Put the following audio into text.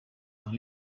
dans